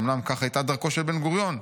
ואומנם כך הייתה דרכו של בן-גוריון,